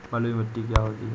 बलुइ मिट्टी क्या होती हैं?